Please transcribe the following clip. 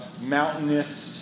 mountainous